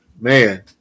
man